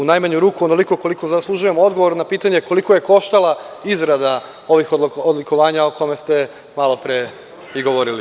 U najmanju ruku onoliko koliko zaslužujemo odgovor na pitanje – koliko je koštala izrada ovog odlikovanja o kome ste malopre i govorili.